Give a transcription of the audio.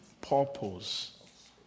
purpose